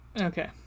Okay